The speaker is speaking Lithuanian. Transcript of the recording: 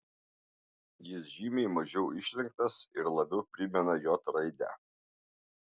jis žymiai mažiau išlenktas ir labiau primena j raidę